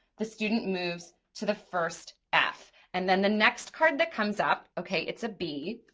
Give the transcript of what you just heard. the student moves to the first f and then the next card that comes up, okay, it's a b,